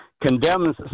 condemns